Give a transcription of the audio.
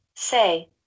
Say